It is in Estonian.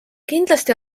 kindlasti